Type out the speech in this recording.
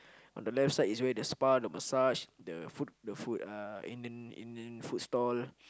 on the left side is where the spa the message the food the food uh Indian Indian food stall